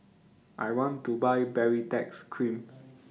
I want to Buy Baritex Cream